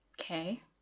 Okay